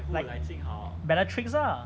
bellatrix lah